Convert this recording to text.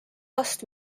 last